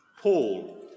Paul